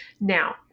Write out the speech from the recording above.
Now